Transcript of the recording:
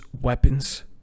weapons